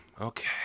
okay